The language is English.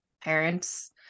parents